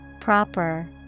Proper